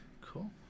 Cool